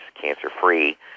cancer-free